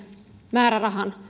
määrärahan